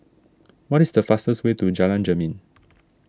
what is the fastest way to Jalan Jermin